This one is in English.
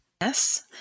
Yes